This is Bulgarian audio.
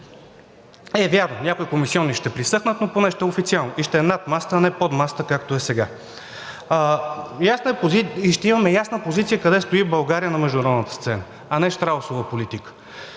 Е, вярно, някои комисиони ще пресъхнат, но поне ще е официално и ще е над масата, а не под масата, както е сега, и ще имаме ясна позиция къде стои България на международната сцена, а не щраусова политика.